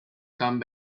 come